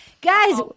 Guys